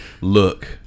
look